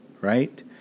right